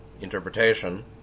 interpretation